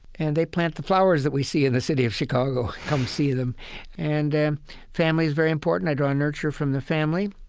and they plant the flowers that we see in the city of chicago. come see them and family is very important. i draw nurture from the family.